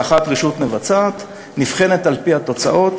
שאחת היא רשות מבצעת ונבחנת על-פי התוצאות